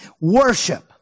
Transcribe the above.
Worship